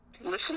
listen